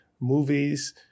movies